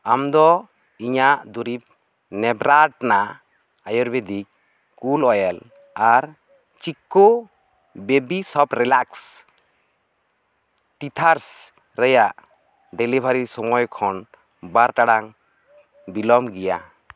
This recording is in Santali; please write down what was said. ᱟᱢᱫᱚ ᱤᱧᱟᱜ ᱫᱩᱨᱤᱵᱽ ᱱᱮᱵᱽᱨᱟᱴᱱᱟ ᱟᱭᱩᱨᱵᱮᱫᱤᱠ ᱠᱩᱞ ᱳᱭᱮᱞ ᱟᱨ ᱪᱤᱠᱠᱳ ᱵᱮᱵᱤ ᱥᱚᱯᱨᱮᱞᱟᱠᱥ ᱛᱤᱛᱷᱟᱨᱥ ᱨᱮᱭᱟᱜ ᱰᱮᱞᱤᱵᱷᱟᱨᱤ ᱥᱚᱢᱚᱭ ᱠᱷᱚᱱ ᱵᱟᱨ ᱴᱟᱲᱟᱝ ᱵᱤᱞᱚᱢ ᱜᱮᱭᱟ